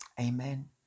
Amen